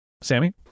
sammy